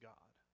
God